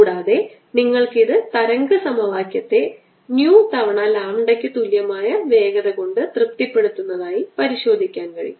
കൂടാതെ നിങ്ങൾക്ക് ഇത് തരംഗ സമവാക്യത്തെ nu തവണ ലാംബഡയ്ക്ക് തുല്യമായ വേഗത കൊണ്ട് തൃപ്തിപ്പെടുത്തുന്നതായി പരിശോധിക്കാൻ കഴിയും